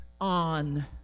on